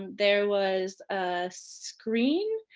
there was a screen,